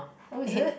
oh is it